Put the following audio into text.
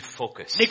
focus